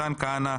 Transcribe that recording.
מתן כהנא,